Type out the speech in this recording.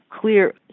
clear